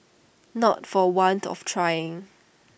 not for want of trying